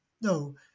no